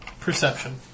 Perception